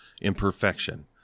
Imperfection